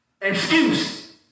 Excuse